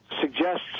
suggests